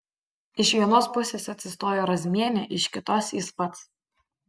iš vienos pusės atsistojo razmienė iš kitos jis pats